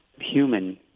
human